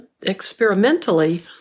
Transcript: experimentally